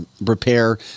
repair